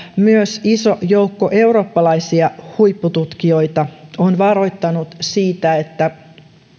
myös iso joukko eurooppalaisia huippututkijoita on varoittanut siitä että